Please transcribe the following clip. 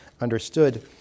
understood